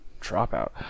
dropout